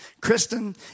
Kristen